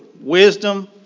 Wisdom